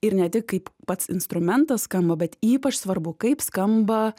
ir ne tik kaip pats instrumentas skamba bet ypač svarbu kaip skamba